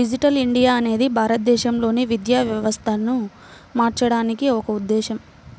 digital India అనేది భారతదేశంలోని విద్యా వ్యవస్థను మార్చడానికి ఒక ఉద్ధేశం